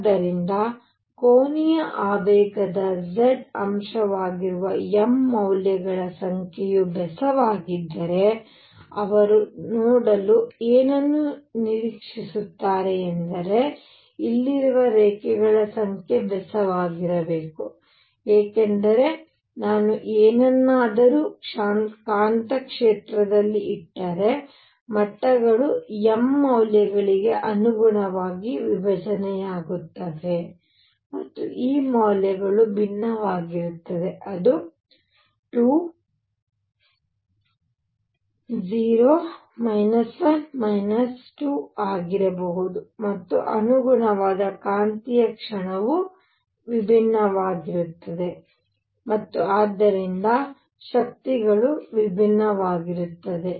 ಆದ್ದರಿಂದ ಕೋನೀಯ ಆವೇಗದ z ಅಂಶವಾಗಿರುವ m ಮೌಲ್ಯಗಳ ಸಂಖ್ಯೆಯು ಬೆಸವಾಗಿದ್ದರೆ ಅವರು ನೋಡಲು ಏನನ್ನು ನಿರೀಕ್ಷಿಸುತ್ತಾರೆ ಎಂದರೆ ಇಲ್ಲಿರುವ ರೇಖೆಗಳ ಸಂಖ್ಯೆ ಬೆಸವಾಗಿರಬೇಕು ಏಕೆಂದರೆ ನಾನು ಏನನ್ನಾದರೂ ಕಾಂತಕ್ಷೇತ್ರದಲ್ಲಿ ಇಟ್ಟರೆ ಮಟ್ಟಗಳು m ಮೌಲ್ಯಗಳಿಗೆ ಅನುಗುಣವಾಗಿ ವಿಭಜನೆಯಾಗುತ್ತವೆ ಮತ್ತು ಈ ಮೌಲ್ಯಗಳು ಭಿನ್ನವಾಗಿರುತ್ತವೆ ಅದು 2 0 2 ಆಗಿರಬಹುದು ಮತ್ತು ಅನುಗುಣವಾದ ಕಾಂತೀಯ ಕ್ಷಣವೂ ವಿಭಿನ್ನವಾಗಿರುತ್ತದೆ ಮತ್ತು ಆದ್ದರಿಂದ ಶಕ್ತಿಗಳು ವಿಭಿನ್ನವಾಗಿರುತ್ತದೆ